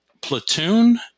Platoon